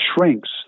shrinks